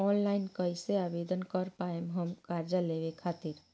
Online कइसे आवेदन कर पाएम हम कर्जा लेवे खातिर?